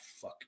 fuck